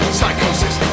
psychosis